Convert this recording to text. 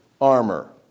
armor